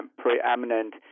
preeminent